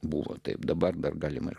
buvo taip dabar dar galima ir